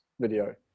video